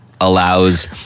allows